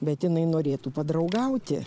bet jinai norėtų padraugauti